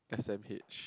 S_M_H